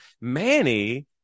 Manny